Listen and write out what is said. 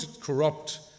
corrupt